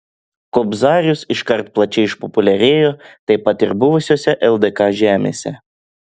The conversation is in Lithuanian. kobzarius iškart plačiai išpopuliarėjo taip pat ir buvusiose ldk žemėse